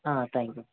thank you